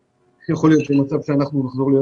יכול להיות שיהיה מצב שאנחנו נחזור להיות